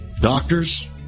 Doctors